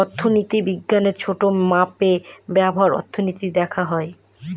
অর্থনীতি বিজ্ঞানের ছোটো মাপে ব্যবহার অর্থনীতি দেখানো হয়